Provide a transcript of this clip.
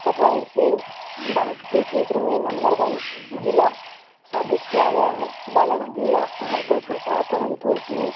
तथा इसे बांस के क्षेत्र में नंबर वन जिला साबित किया गया है बालाघाट ज़िला है तो छोटा परंतु इसमें